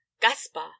Gaspar